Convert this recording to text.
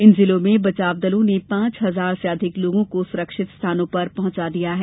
इन जिलों में बचावदलों ने पांच हजार से अधिक लोगों को सुरक्षित स्थानों पर पहुंचाया है